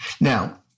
Now